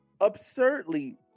absurdly